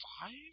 five